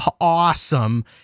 awesome